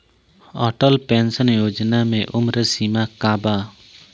Atal pension Yojana मे उम्र सीमा का बा?